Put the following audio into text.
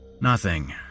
Nothing